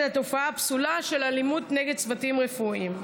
התופעה הפסולה של אלימות נגד צוותים רפואיים.